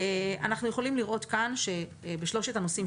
אנחנו יכולים לראות כאן שבשלושת הנושאים,